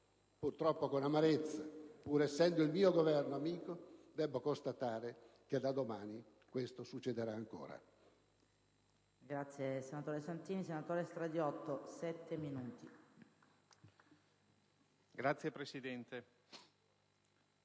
Purtroppo, con amarezza, pur essendo il mio Governo amico, devo constatare che da domani questo succederà ancora.